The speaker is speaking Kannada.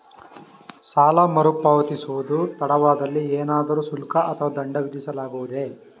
ಸಾಲ ಮರುಪಾವತಿಸುವುದು ತಡವಾದಲ್ಲಿ ಏನಾದರೂ ಶುಲ್ಕ ಅಥವಾ ದಂಡ ವಿಧಿಸಲಾಗುವುದೇ?